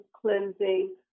cleansing